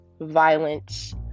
violence